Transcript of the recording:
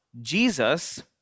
Jesus